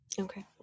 Okay